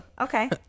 Okay